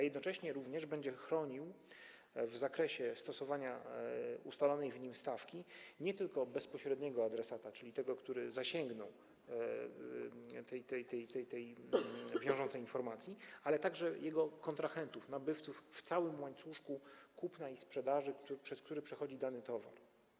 Jednocześnie będzie chronił w zakresie stosowania ustalonej w nim stawki nie tylko bezpośredniego adresata, czyli tego, który zasięgnął tej wiążącej informacji, ale także jego kontrahentów, nabywców w całym łańcuszku kupna i sprzedaży, przez który przechodzi dany towar.